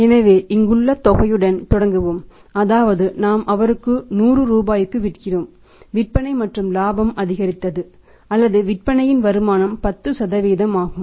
எனவே இங்குள்ள தொகையுடன் தொடங்குவோம் அதாவது நாம் அவருக்கு 100 ரூபாய்க்கு விற்கிறோம் விற்பனை மற்றும் லாபம் அதிகரித்தது அல்லது விற்பனையின் வருமானம் 10 ஆகும்